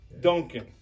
Duncan